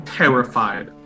terrified